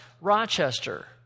Rochester